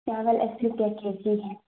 چاول اسی روپیہ کے جی ہے